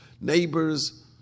neighbors